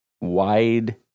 wide